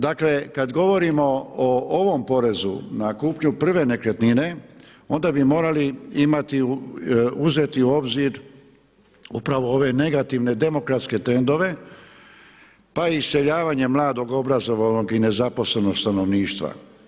Dakle, kad govorimo o ovom porezu na kupnju prve nekretnine, onda bi morali imati, uzeti u obzir upravo ove negativne demokratske trendove, pa i iseljavanje mladog, obrazovanog i nezaposlenog stanovništva.